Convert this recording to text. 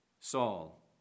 Saul